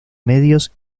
medios